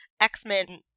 x-men